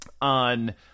on